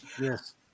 Yes